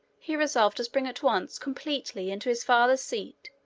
he resolved to spring at once completely into his father's seat,